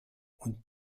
und